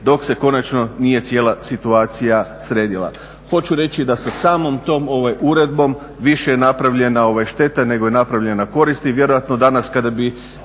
dok se konačno nije cijela situacija sredila. Hoću reći da se samom tom uredbom, više je napravljena šteta nego je napravljena korist